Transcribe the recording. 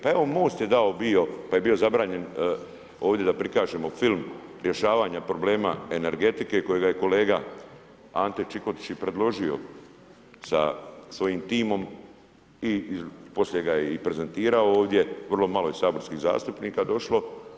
Pa evo, MOST je dao bio, pa je bio zabranjen ovdje da prikažemo film rješavanja problema energetike kojega je kolega Ante Čikotić i predložio sa svojim timom i poslije ga je i prezentirao ovdje, vrlo malo je saborskih zastupnika došli.